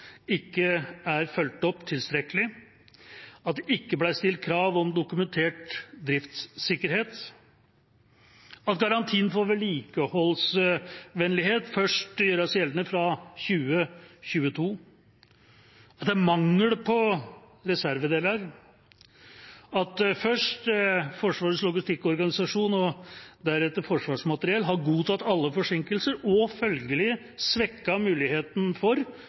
ikke er fulgt opp tilstrekkelig, at det ikke ble stilt krav om dokumentert driftssikkerhet, at garantien for vedlikeholdsvennlighet først gjøres gjeldende fra 2022, at det er mangel på reservedeler, at først Forsvarets logistikkorganisasjon og deretter Forsvarsmateriell har godtatt alle forsinkelser og følgelig svekket muligheten